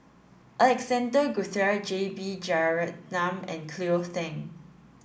Alexander Guthrie J B Jeyaretnam and Cleo Thang